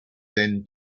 then